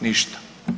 Ništa.